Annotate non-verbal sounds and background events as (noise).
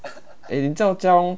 eh 你叫 (noise)